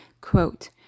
quote